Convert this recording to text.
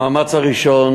המאמץ הראשון